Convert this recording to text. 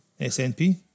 SNP